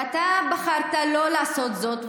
ואתה בחרת לא לעשות זאת,